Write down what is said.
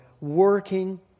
working